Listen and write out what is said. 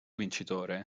vincitore